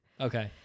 okay